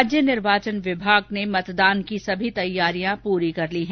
राज्य निर्वाचन विभाग ने मतदान की सभी तैयारियां पूरी कर ली है